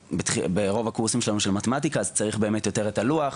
וברוב הקורסים שלנו של מתמטיקה צריך באמת יותר את הלוח.